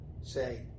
say